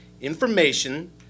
Information